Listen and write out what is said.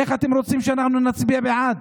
איך אתם רוצים שאנחנו נצביע בעד?